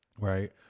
Right